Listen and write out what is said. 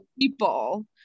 people